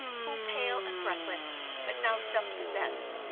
who, pale and breathless but now self-possessed,